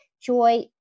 joy